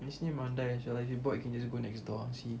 habis sini mandai also so if you're bored you can just go next door ah see